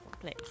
please